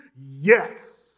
yes